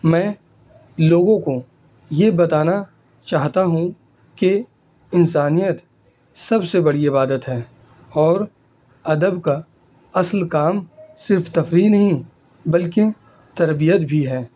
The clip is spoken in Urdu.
میں لوگوں کو یہ بتانا چاہتا ہوں کہ انسانیت سب سے بڑی عبادت ہے اور ادب کا اصل کام صرف تفریح نہیں بلکہ تربیت بھی ہے